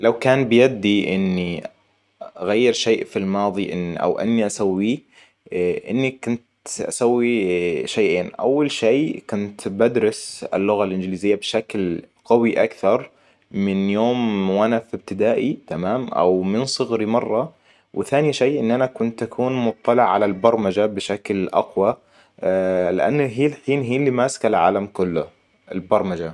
لو كان بيدي إني أغير شيء في الماضي ان او إني اسويه إني كنت اسوي شيئين اول شي كنت بدرس اللغة الانجليزية بشكل قوي أكثر من يوم وأنا في ابتدائي تمام او من صغري مره وثاني شيء إن أنا تكون مطلع على البرمجة بشكل اقوى. لان هي الحين اللي ماسكة العالم كله, البرمجة.